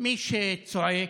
מי שצועק,